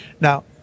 Now